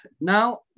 now